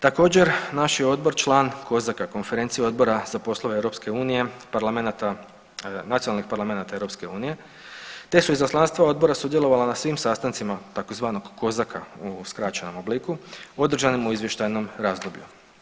Također naš je odbor član COSAC-a, Konferencije odbora za poslove EU, parlamenata nacionalnih parlamenata EU, te su izaslanstva odbora sudjelovala na svim sastancima tzv. COSAC-a u skraćenom obliku održanim u izvještajnom razdoblju.